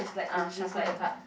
ah shuffle the card